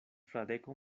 fradeko